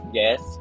yes